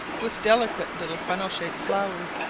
with delicate little funnel shaped flowers,